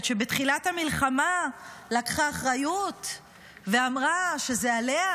שבתחילת המלחמה לקחה אחריות ואמרה שזה עליה,